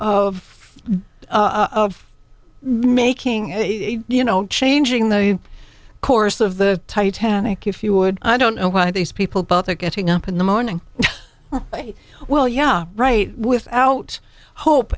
of of making a you know changing the course of the titanic if you would i don't know why these people both are getting up in the morning well yeah right without hope